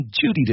Judy